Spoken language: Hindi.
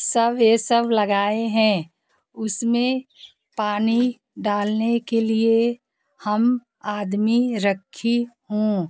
सब ये सब लगाए है उसमें पानी डालने के लिए हम आदमी रखी हूँ